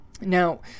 Now